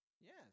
Yes